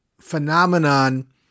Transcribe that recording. phenomenon